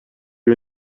you